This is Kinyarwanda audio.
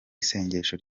isengesho